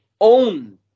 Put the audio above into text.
own